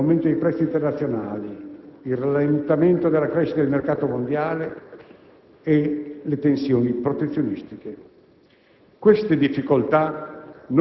L'instabilità finanziaria e l'aumento dei prezzi internazionali, il rallentamento della crescita del mercato mondiale e le tensioni protezionistiche